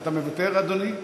אתה מוותר, אדוני?